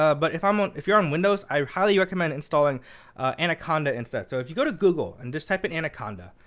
ah but if i don't if you're on windows, i highly recommend installing anaconda instead. so if you go to google, and just type in anaconda,